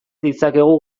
ditzakegu